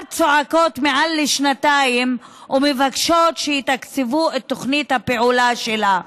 צועקות מעל לשנתיים ומבקשות שיתקצבו את תוכנית הפעולה שלה.